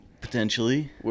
Potentially